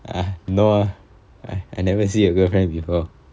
!huh! no ah I I never see your girlfriend before